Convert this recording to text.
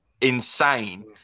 insane